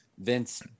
Vince